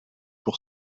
pour